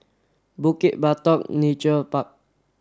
Bukit Batok Nature Park